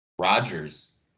Rodgers